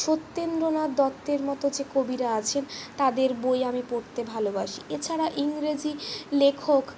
সত্যেন্দ্রনাথ দত্তের মতো যে কবিরা আছে তাদের বই আমি পড়তে ভালোবাসি এছাড়া ইংরেজি লেখক